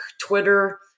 Twitter